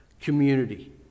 community